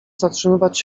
zatrzymywać